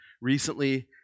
recently